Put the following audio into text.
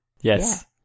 Yes